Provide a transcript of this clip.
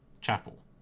Chapel